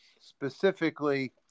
specifically